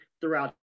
throughout